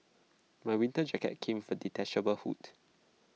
my winter jacket came with A detachable hood